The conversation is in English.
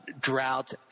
Drought